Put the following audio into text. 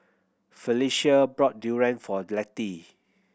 Phylicia brought durian for Letty